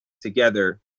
together